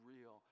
real